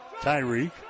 Tyreek